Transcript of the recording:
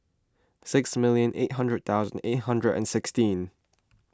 six million eight thousand eight hundred and sixteen